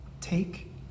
Take